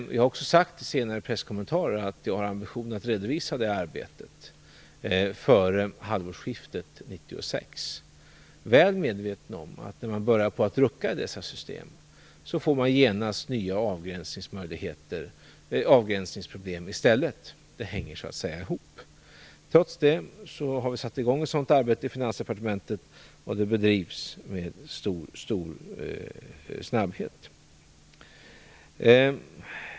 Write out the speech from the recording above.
Jag har också sagt i senare presskommentarer att jag har ambitionen att redovisa det arbetet före halvårsskiftet 1996. Jag är väl medveten om att när man börjar rucka på dessa system får man genast nya avgränsningsproblem i stället. Det hänger ihop. Trots det har vi satt i gång ett sådant arbete i Finansdepartementet. Det bedrivs med stor snabbhet.